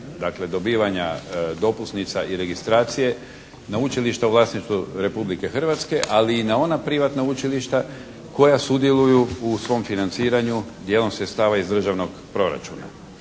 dakle dobivanja dopusnica i registracije na učilišta u vlasništvu Republike Hrvatske, ali i na ona privatna učilišta koja sudjeluju u svom financiranju dijelom sredstva iz državnog proračuna.